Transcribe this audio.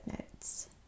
notes